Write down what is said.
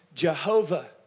Jehovah